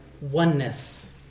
oneness